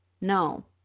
No